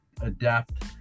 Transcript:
adapt